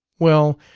well,